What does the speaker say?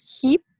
keep